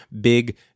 big